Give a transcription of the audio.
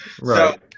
Right